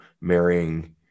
marrying